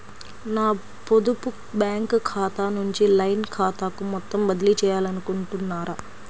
నా పొదుపు బ్యాంకు ఖాతా నుంచి లైన్ ఖాతాకు మొత్తం బదిలీ చేయాలనుకుంటున్నారా?